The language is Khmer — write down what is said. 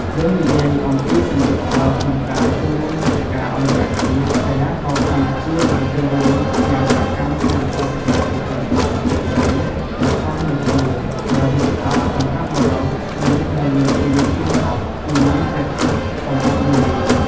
យើងនិយាយអំពីសមិទ្ធផលក្នុងការចូលរួមព្រឹត្តិការណ៍អន្តរជាតិ កីឡាករកម្ពុជាបានចូលរួមយ៉ាងសកម្មក្នុងព្រឹត្តិការណ៍វាយកូនបាល់ជាក្រុមដ៏ធំដូចជា Davis Cup សម្រាប់បុរស និង Billie Jean King Cup ពីមុន Fed Cup សម្រាប់នារី។